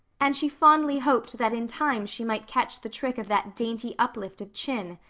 and she fondly hoped that in time she might catch the trick of that dainty uplift of chin,